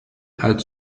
als